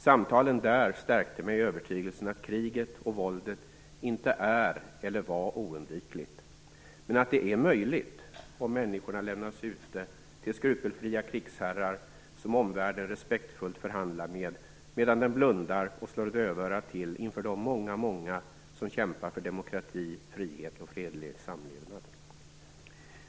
Samtalen där stärkte mig i övertygelsen att kriget och våldet inte är eller var något oundvikligt, men att det är möjligt om människorna utlämnas till skrupelfria krigsherrar, som omvärlden respektfullt förhandlar med medan den blundar och slår dövörat till inför de många, många som kämpar för demokrati, frihet och fredlig samlevnad.